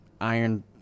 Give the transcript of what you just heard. iron